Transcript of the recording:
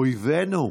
"אויבינו"